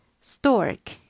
Stork